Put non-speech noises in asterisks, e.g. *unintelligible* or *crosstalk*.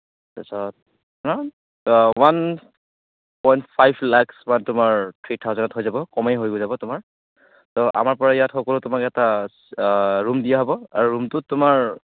তাৰপিছত *unintelligible* one point five লাকচমান তোমাৰ থ্ৰি থাউজেণ্ডত হৈ যাব কমেই হৈ যাব তোমাৰ ত' আমাৰ পৰা ইয়াত সকলো তোমাক এটা ৰুম দিয়া হ'ব আৰু ৰুমটোত তোমাৰ